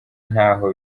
ntaho